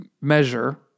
measure